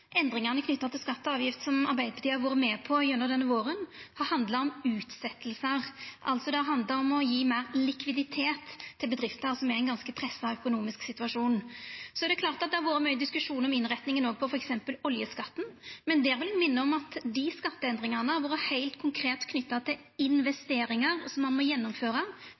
endringane knytte til skattar og avgifter som Arbeidarpartiet har vore med på gjennom denne våren, har handla om utsetjingar, det har altså handla om å gje meir likviditet til bedrifter som er i ein ganske pressa økonomisk situasjon. Det har vore mykje diskusjon om innretninga på f.eks. oljeskatten, men eg vil minna om at dei skatteendringane har vore heilt konkret knytte til investeringar som ein må gjennomføra